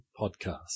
podcast